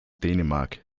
dänemark